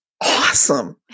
awesome